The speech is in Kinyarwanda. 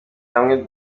hamwe